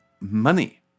Money